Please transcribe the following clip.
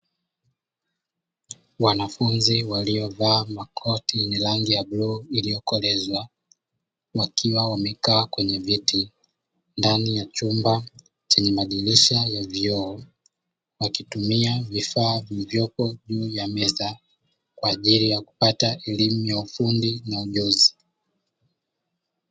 Wanafunzi waliovaa makoti yenye rangi ya bluu iliyokolezwa, wakiwa wamekaa kwenye viti ndani ya chumba chenye madirisha ya vioo. Wakitumia vifaa vilivyopo juu ya meza kwa ajili ya kupata elimu ya ufundi na ujuzi.